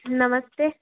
नमस्ते